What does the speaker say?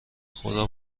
خدا